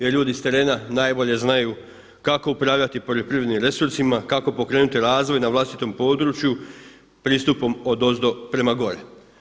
Jer ljudi sa terena najbolje znaju kako upravljati poljoprivrednim resursima, kako pokrenuti razvoj na vlastitom području pristupom odozdo prema gore.